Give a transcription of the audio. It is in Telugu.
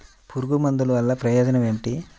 పురుగుల మందుల వల్ల ప్రయోజనం ఏమిటీ?